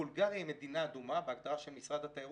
בולגריה היא מדינה אדומה בהגדרה של משרד התיירות,